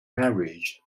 marriage